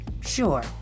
sure